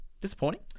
Disappointing